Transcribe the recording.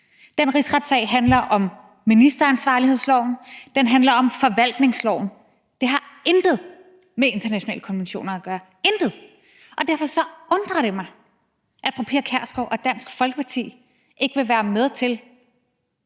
Den rigsretssag handler om ministeransvarlighedsloven, den handler om forvaltningsloven. Det har intet med internationale konventioner at gøre, intet. Derfor undrer det mig, at fru Pia Kjærsgaard og Dansk Folkeparti ikke vil være med til